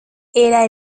era